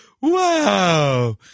wow